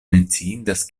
menciindas